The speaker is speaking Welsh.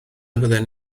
fydden